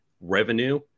revenue